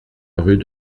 rue